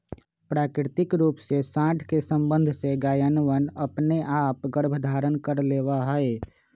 प्राकृतिक रूप से साँड के सबंध से गायवनअपने आप गर्भधारण कर लेवा हई